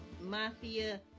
Mafia